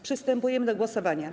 Przystępujemy do głosowania.